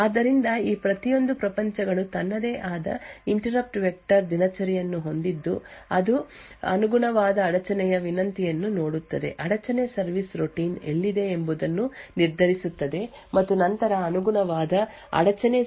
ಆದ್ದರಿಂದ ಈ ಪ್ರತಿಯೊಂದು ಪ್ರಪಂಚಗಳು ತನ್ನದೇ ಆದ ಇಂಟರಪ್ಟ್ ವೆಕ್ಟರ್ ದಿನಚರಿಯನ್ನು ಹೊಂದಿದ್ದು ಅದು ಅನುಗುಣವಾದ ಅಡಚಣೆಯ ವಿನಂತಿಯನ್ನು ನೋಡುತ್ತದೆ ಅಡಚಣೆ ಸರ್ವಿಸ್ ರೂಟೀನ್ ಎಲ್ಲಿದೆ ಎಂಬುದನ್ನು ನಿರ್ಧರಿಸುತ್ತದೆ ಮತ್ತು ನಂತರ ಅನುಗುಣವಾದ ಅಡಚಣೆ ಸರ್ವಿಸ್ ರೂಟೀನ್ ನನ್ನು ಕಾರ್ಯಗತಗೊಳಿಸುತ್ತದೆ